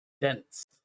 dense